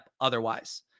otherwise